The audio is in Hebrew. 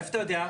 מאיפה אתה יודע?